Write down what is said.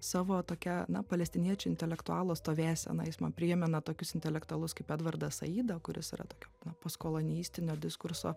savo tokia na palestiniečio intelektualo stovėsena jis man primena tokius intelektualus kaip edvardą sajidą kuris yra tokio na postkolonijistinio diskurso